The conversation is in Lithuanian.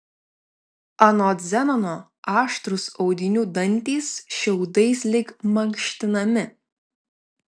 anot zenono aštrūs audinių dantys šiaudais lyg mankštinami